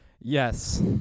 Yes